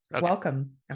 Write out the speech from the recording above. Welcome